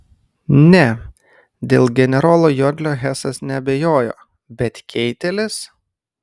ne dėl generolo jodlio hesas neabejojo bet keitelis